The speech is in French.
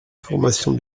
formation